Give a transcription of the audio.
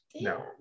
no